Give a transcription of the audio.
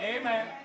Amen